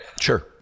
Sure